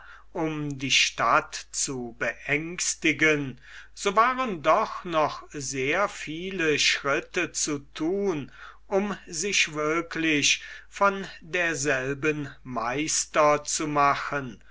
um die stadt zu beängstigen so waren doch noch sehr viele schritte zu thun um sich wirklich von derselben meister zu machen